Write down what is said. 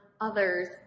others